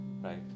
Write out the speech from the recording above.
right